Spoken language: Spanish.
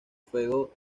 fuego